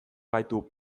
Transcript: gaitu